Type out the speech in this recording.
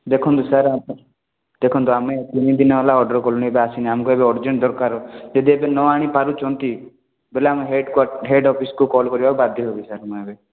ଦେଖନ୍ତୁ ସାର୍ ଦେଖନ୍ତୁ ଆମେ ତିନିଦିନ ହେଲା ଅର୍ଡ଼ର୍ କଲୁଣି ଏବେ ଆସିନି ଆମକୁ ଏବେ ଅର୍ଜେଣ୍ଟ୍ ଦରକାର ଯଦି ଏବେ ଆପଣ ନ ଆଣି ପାରୁଛନ୍ତି ବେଲେ ଆମେ ହେଡ଼୍ କ୍ଵାଟ ହେଡ଼୍ ଅଫିସ୍କୁ କଲ୍ କରିବାକୁ ବାଧ୍ୟ ହେବି ସାର୍ ମୁଁ ଏବେ